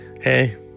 Hey